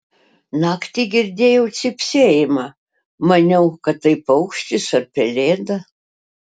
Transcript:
naktį girdėjau cypsėjimą maniau kad tai paukštis ar pelėda